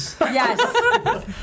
Yes